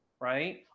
Right